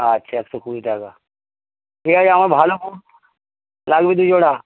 আচ্ছা একশো কুড়ি টাকা ঠিক আছে আমার ভালো বুট লাগবে দুজোড়া